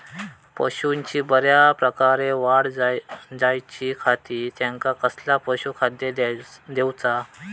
पशूंची बऱ्या प्रकारे वाढ जायच्या खाती त्यांका कसला पशुखाद्य दिऊचा?